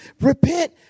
Repent